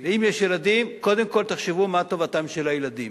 ואם יש ילדים, קודם כול תחשבו מה טובתם של הילדים,